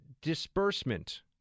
disbursement